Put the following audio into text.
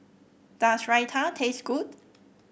does Raita taste good